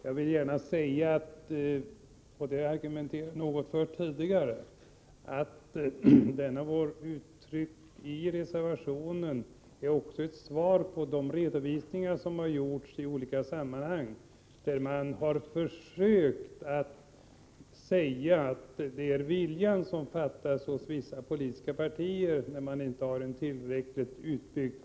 Jag vill också säga, vilket framhållits tidigare, att vad som står i reservationen också är ett svar på uttalanden i olika sammanhang, där man har försökt göra gällande att det i vissa politiska partier är viljan som fattas, då biblioteksservicen inte är tillräckligt utbyggd.